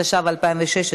התשע"ו 2016,